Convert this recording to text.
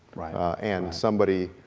and somebody